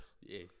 Yes